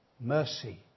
mercy